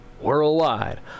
Worldwide